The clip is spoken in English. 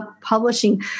publishing